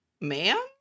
Ma'am